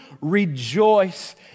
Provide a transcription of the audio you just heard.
rejoice